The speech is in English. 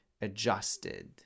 adjusted